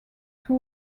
two